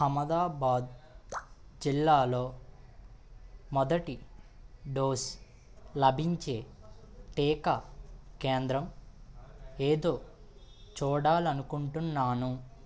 అహ్మదాబాద్ జిల్లాలో మొదటి డోసు లభించే టీకా కేంద్రం ఏదో చూడాలనుకుంటున్నాను